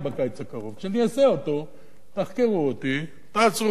כשאני אעשה אותו תחקרו אותי, תעצרו אותי, אם צריך,